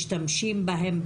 משתמשים בהן,